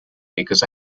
because